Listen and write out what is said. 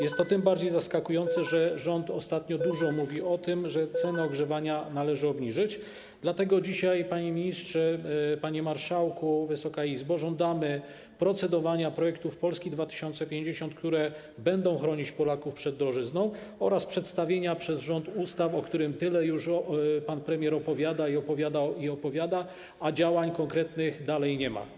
Jest to tym bardziej zaskakujące, że rząd ostatnio dużo mówi o tym, że ceny ogrzewania należy obniżyć, dlatego dzisiaj, panie ministrze, panie marszałku, Wysoka Izbo, żądamy procedowania nad projektami Polski 2050, które będą chronić Polaków przed drożyzną, oraz przedstawienia przez rząd ustaw, o których pan premier tyle opowiadał, i nadal opowiada, a konkretnych działań nadal nie ma.